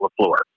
LaFleur